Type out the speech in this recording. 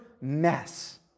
mess